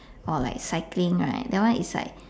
or like cycling right that one is like